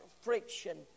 friction